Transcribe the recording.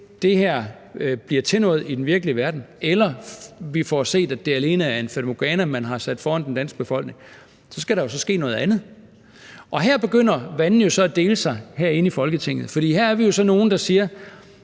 det her bliver til noget i den virkelige verden eller vi får set, at det alene er et fatamorgana, man har sat foran den danske befolkning – jo skal ske noget andet. Her begynder vandene jo så at dele sig herinde i Folketinget, for vi er jo nogle, der siger: